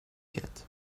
get